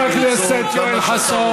ראש הממשלה, חבר הכנסת יואל חסון.